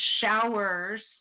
showers